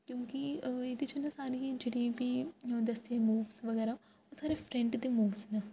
क्योंकि एह्दे च ना सारे जेह्ड़े बी दस्से मूव्स बगैरा ओह् सारे फ्रेंड दे मूव्स न